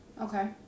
okay